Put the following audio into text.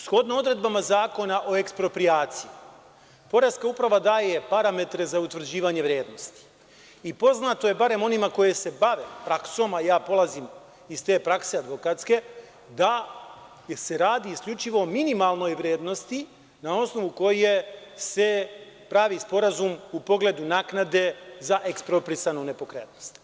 Shodno odredbama Zakona o eksproprijaciji, Poreska uprava daje parametre za utvrđivanje vrednosti i poznato je, barem onima koje se bave praksom, a ja polazim iz te prakse advokatske, da se radi isključivo o minimalnoj vrednosti na osnovu koje se pravi sporazum u pogledu naknade za eksproprisanu nepokretnost.